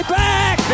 back